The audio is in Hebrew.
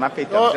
מה פתאום.